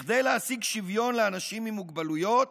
כדי להשיג שוויון לאנשים עם מוגבלויות